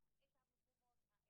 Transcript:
אם הם יתמודדו הם יצליחו לשפר את המצב.